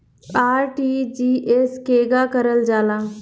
RTGS केगा करलऽ जाला?